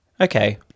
Okay